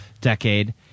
decade